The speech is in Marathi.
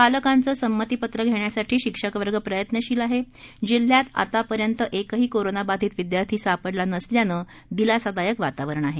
पालकांचे संमतीपत्रघेण्या साठीशिक्षकवर्गप्रयत्नशीलआहे जिल्ह्यातआतापर्यंतएकहीकोरोनाबाधितविद्यार्थीसापडलानसल्यानेदिलासादायकवातावरण आहे